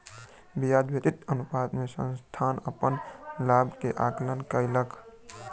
ब्याज व्याप्ति अनुपात से संस्थान अपन लाभ के आंकलन कयलक